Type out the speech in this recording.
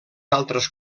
altres